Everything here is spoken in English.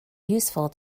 useful